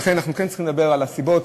לכן אנחנו כן צריכים לדבר על הסיבות